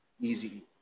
easy